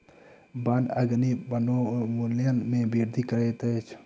वन अग्नि वनोन्मूलन में वृद्धि करैत अछि